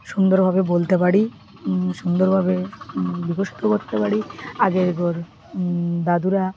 সুন্দরভাবে বলতে পারি সুন্দরভাবে বিকশিত করতে পারি আগে দাদুরা